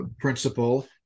principle